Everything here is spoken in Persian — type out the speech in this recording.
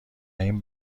این